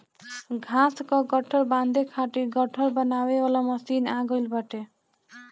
घाँस कअ गट्ठर बांधे खातिर गट्ठर बनावे वाली मशीन आ गइल बाटे